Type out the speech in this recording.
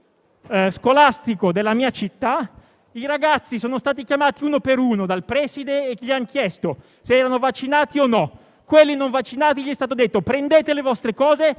scolastico della mia città, i ragazzi sono stati chiamati uno per uno dal preside, che ha chiesto loro se erano vaccinati o no. A quelli non vaccinati è stato detto: prendete le vostre cose,